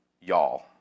y'all